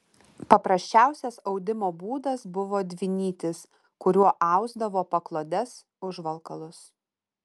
paprasčiausias audimo būdas buvo dvinytis kuriuo ausdavo paklodes užvalkalus